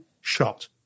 shot